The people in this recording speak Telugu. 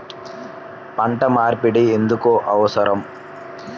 పంట మార్పిడి ఎందుకు అవసరం?